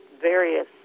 various